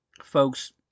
folks